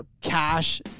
Cash